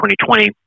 2020